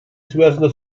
связана